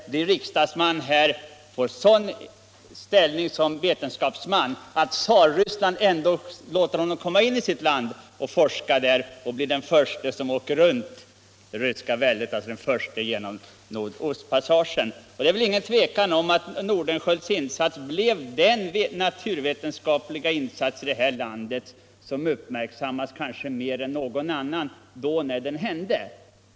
Han blev riksdagsman här och fick en sådan ställning som vetenskapsman att tsar-Ryssland ändå lät honom komma in i landet för att forska och bli den förste som seglade runt det ryska väldet, dvs. den förste att klara Nordostpassagen. Det råder väl inget tvivel om att Nordenskiölds insats blev den naturvetenskapliga insats i det här landet som på sin tid uppmärksammades kanske mer än någon annan.